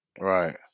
Right